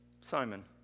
Simon